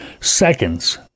seconds